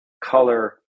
color